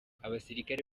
abasirikare